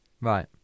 Right